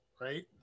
right